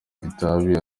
itabi